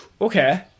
Okay